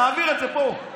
נעביר את זה פה.